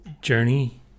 journey